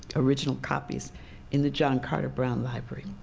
original copies in the john carter brown library.